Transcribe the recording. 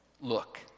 Look